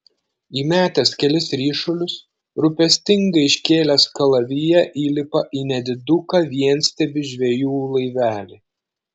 įmetęs kelis ryšulius rūpestingai iškėlęs kalaviją įlipa į nediduką vienstiebį žvejų laivelį